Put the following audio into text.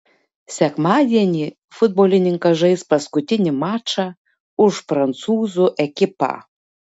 sekmadienį futbolininkas žais paskutinį mačą už prancūzų ekipą